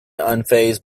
unfazed